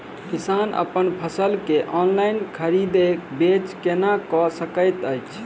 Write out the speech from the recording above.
किसान अप्पन फसल केँ ऑनलाइन खरीदै बेच केना कऽ सकैत अछि?